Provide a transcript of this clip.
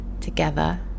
together